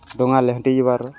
ଡଙ୍ଗା ଲେହେଟେଇ ଯିବାର୍